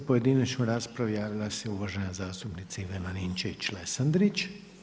Za pojedinačnu raspravu javila se uvažena zastupnica Ivana Ninčević-Lesandrić.